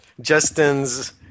Justin's